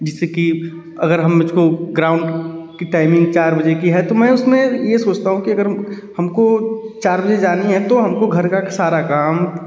जिससे कि अगर हम मुझको ग्राउंड कि टाइमिंग चार बजे की है तो मैं उसमें ये सोचता हूँ कि अगर हम हमको चार बजे जाना है तो घर का सारा काम